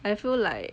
I feel like